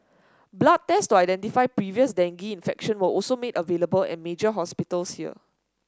blood test to identify previous dengue infection were also made available at major hospitals here